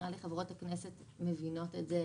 נראה לי שחברות הכנסת וחבר הכנסת מבינים את זה,